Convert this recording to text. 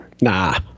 Nah